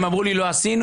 הם אמרו לי, לא עשינו.